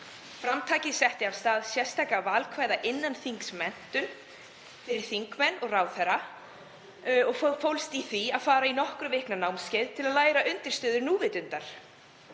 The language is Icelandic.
framtakinu var sett af stað sérstök valkvæð innanþingsmenntun fyrir þingmenn og ráðherra sem fólst í því að fara á nokkurra vikna námskeið til að læra undirstöður núvitundar.